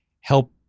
help